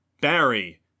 Barry